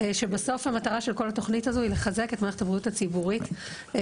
שבסוף המטרה של כל התכנית הזו היא לחזק את מערכת הבריאות הציבורית ואת